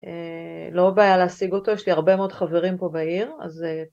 לא בעיה להשיג אותו, יש לי הרבה מאוד חברים פה בעיר, אז...